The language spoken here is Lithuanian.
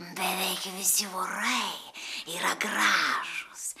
beveik visi vorai yra gražūs